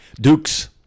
Duke's